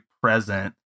present